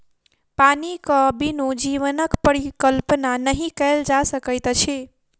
पानिक बिनु जीवनक परिकल्पना नहि कयल जा सकैत अछि